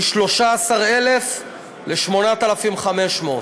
מ-13,000 ל-8,500.